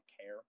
care